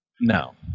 now